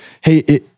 Hey